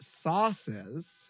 sauces